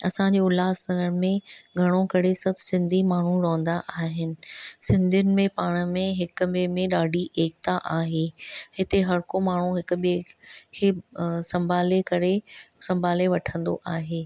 असां जे उल्हासनगर में घणो करे सभु सिंधी माण्हू रहंदा आहिनि सिंधियुन में पाण में हिक ॿिए में ॾाढी एकता आहे हिते हर को माण्हू हिक ॿिए खे संभाले करे संभाले वठंदो आहे